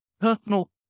personal